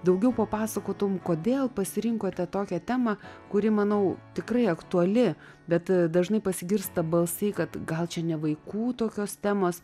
daugiau papasakotum kodėl pasirinkote tokią temą kuri manau tikrai aktuali bet dažnai pasigirsta balsai kad gal čia ne vaikų tokios temos